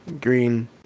green